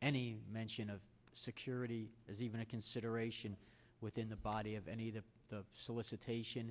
any mention of security as even a consideration within the body of any the solicitation